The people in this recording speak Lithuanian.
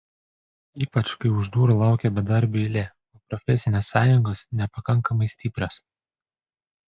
ypač kai už durų laukia bedarbių eilė o profesinės sąjungos nepakankamai stiprios